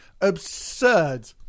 absurd